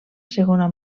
segona